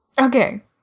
okay